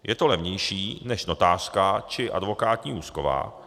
Je to levnější než notářská či advokátní úschova.